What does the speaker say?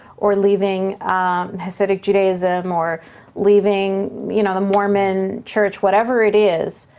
or leaving hasidic judaism, or leaving you know the mormon church, whatever it is,